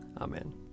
Amen